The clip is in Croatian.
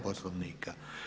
Poslovnika.